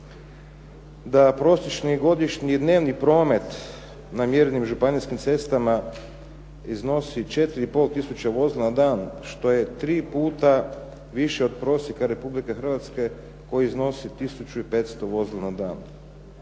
da prosječni godišnji dnevni promet na …/Govornik se ne razumije./… županijskim cestama iznosi 4,5 tisuće vozila na dan što je tri puta više od prosjeka Republike Hrvatske koji iznosi tisuću i 500 vozila na dan.